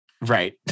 Right